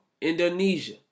Indonesia